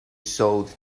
sold